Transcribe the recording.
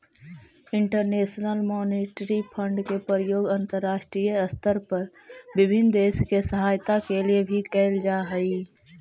international monetary fund के प्रयोग अंतरराष्ट्रीय स्तर पर विभिन्न देश के सहायता के लिए भी कैल जा हई